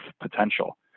potential